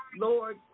Lord